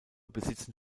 besitzen